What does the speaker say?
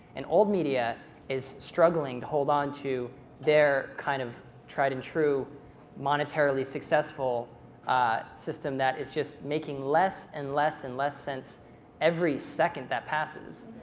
and old media is struggling to hold onto their kind of tried and true monetarily successful system that is just making less and less and less sense every second that passes.